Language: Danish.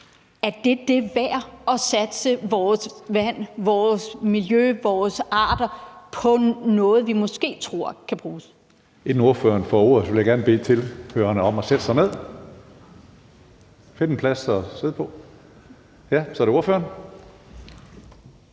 er det det værd at satse vores vand, vores miljø og vores arter på noget, vi måske tror kan bruges?